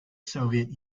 soviet